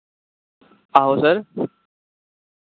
आहो सर